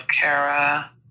Kara